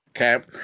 Okay